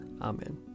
Amen